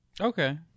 okay